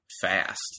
fast